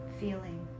feeling